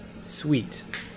sweet